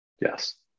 Yes